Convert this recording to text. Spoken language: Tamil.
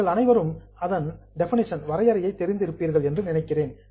நீங்கள் அனைவரும் அதன் டெபனிஷன் வரையறையைத் தெரிந்து இருப்பீர்கள் என்று நினைக்கிறேன்